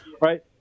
right